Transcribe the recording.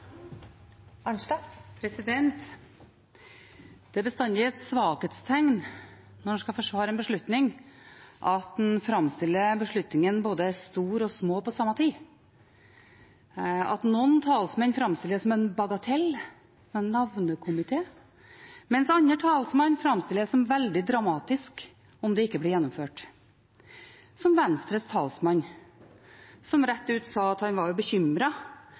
bestandig et svakhetstegn, når en skal forsvare en beslutning, at en framstiller beslutningen som både stor og liten på samme tid. Noen talsmenn framstiller det som en bagatell, som en «navnekomité», mens andre talsmenn framstiller det som veldig dramatisk om det ikke blir gjennomført, som Venstres talsmann gjorde, som rett ut sa at han var